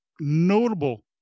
Notable